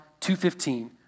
2.15